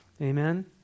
Amen